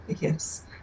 Yes